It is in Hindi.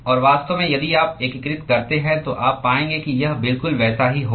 और वास्तव में यदि आप एकीकृत करते हैं तो आप पाएंगे कि यह बिल्कुल वैसा ही होगा